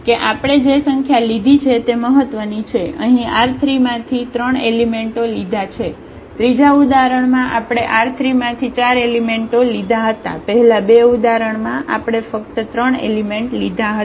કે આપણે જે સંખ્યા લીધી છે તે મહત્વની છે અહીં R3 માંથી ત્રણ એલિમેન્ટો લીધા છે ત્રીજા ઉદાહરણમાં આપણે R3 માંથી ચાર એલિમેન્ટો લીધા હતા પહેલા બે ઉદાહરણ માં આપણે ફક્ત ત્રણ એલિમેન્ટ લીધા હતા